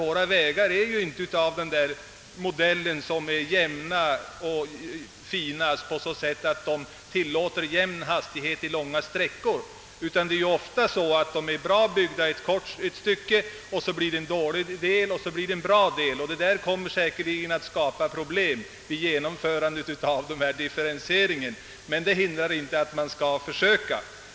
Våra vägar är ju inte så jämna och fina att de tillåter jämn hastighet på långa sträckor. Oftast är det så att de är bra byggda ett styc ke, därefter följer en dålig del, sedan en bra del o.s.v. Detta kommer säkerligen att skapa problem vid genomförandet av differentieringen, men det hindrar inte att man bör försöka.